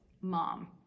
mom